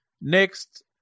next